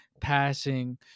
passing